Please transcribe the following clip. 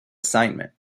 assignment